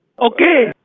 Okay